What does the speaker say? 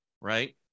right